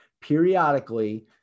periodically